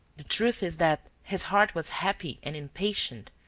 the truth is that his heart was happy and impatient,